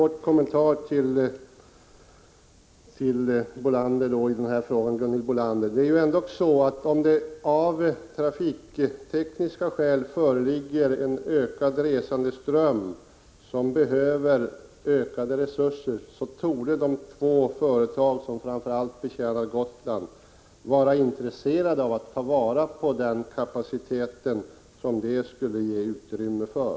Herr talman! En kort kommentar till Gunhild Bolander. Om det av trafiktekniska skäl föreligger en ökad resandeström som behöver ökade resurser, torde de två företag som framför allt betjänar Gotland vara intresserade av att ta vara på den kapacitet som detta skulle ge utrymme för.